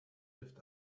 lived